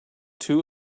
too